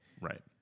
Right